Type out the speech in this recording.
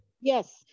Yes